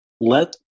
Let